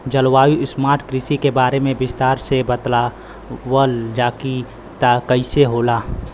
जलवायु स्मार्ट कृषि के बारे में विस्तार से बतावल जाकि कइसे होला?